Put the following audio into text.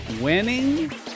winning